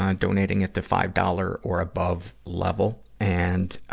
um donating at the five dollars or above level. and, ah,